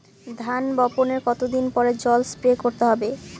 ধান বপনের কতদিন পরে জল স্প্রে করতে হবে?